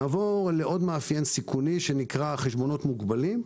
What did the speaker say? נעבור לעוד מאפיין סיכוני שנקרא חשבונות מוגבלים.